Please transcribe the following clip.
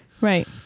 Right